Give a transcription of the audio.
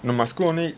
no my school only